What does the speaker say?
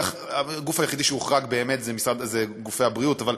הגוף היחידי שהוחרג באמת הוא גופי הבריאות, אבל